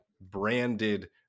branded